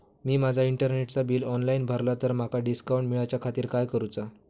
मी माजा इंटरनेटचा bill online भरला तर माका डिस्काउंट मिलाच्या खातीर काय करुचा?